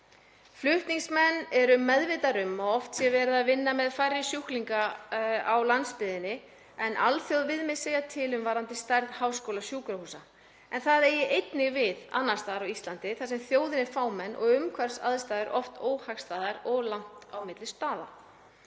Flutningsmenn eru meðvitaðir um að oft sé verið að vinna með færri sjúklinga á sjúkrahúsinu en alþjóðaviðmið segja til um varðandi stærð háskólasjúkrahúsa en það eigi einnig við annars staðar á Íslandi þar sem þjóðin er fámenn og umhverfisaðstæður oft óhagstæðar og langt á milli staða.